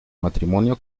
matrimonio